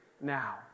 now